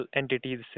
entities